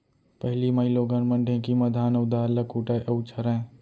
पहिली माइलोगन मन ढेंकी म धान अउ दार ल कूटय अउ छरयँ